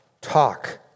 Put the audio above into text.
talk